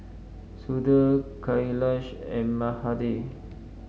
Sudhir Kailash and Mahade